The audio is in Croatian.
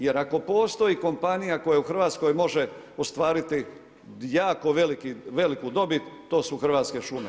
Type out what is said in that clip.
Jer ako postoji kompanija koja u Hrvatskoj može ostvariti jako veliku dobit, to su Hrvatske šume.